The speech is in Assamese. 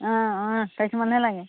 অঁ অঁ ফ্ৰেছ মালে লাগে